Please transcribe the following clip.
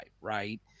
right